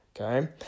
Okay